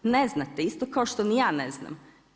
Ne znate, isto kao što ni ja ne znam.